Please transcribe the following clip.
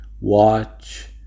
watch